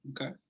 Okay